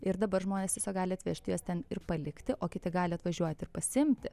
ir dabar žmonės tiesiog gali atvežti jas ten ir palikti o kiti gali atvažiuoti ir pasiimti